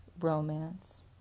Romance